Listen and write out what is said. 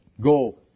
Go